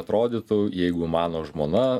atrodytų jeigu mano žmona